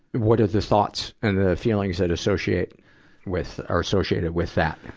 what are the thoughts and the feelings that associate with, are associated with that?